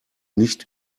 nicht